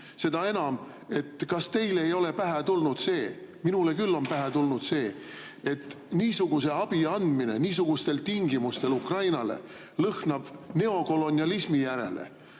Seda enam, et kas teile ei ole pähe tulnud – minule küll on pähe tulnud –, et niisuguse abi andmine Ukrainale niisugustel tingimustel lõhnab neokolonialismi järele?